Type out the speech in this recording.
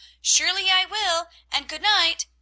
surely i will, and good night!